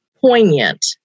poignant